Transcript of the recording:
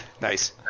Nice